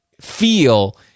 feel